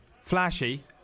flashy